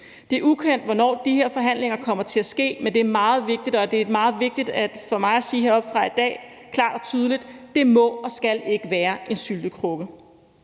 Det er ukendt, hvornår de her forhandlinger kommer til at finde sted, men de er meget vigtige, og det er meget vigtigt for mig at sige klart og tydeligt heroppefra i dag: Det må ikke være en syltekrukke.